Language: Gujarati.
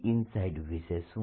Dinside વિષે શું